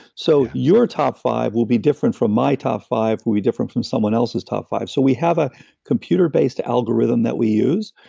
so your top five will be different from my top five, will be different from someone else's top five. so we have a computerbased algorithm that was use,